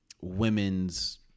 women's